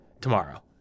tomorrow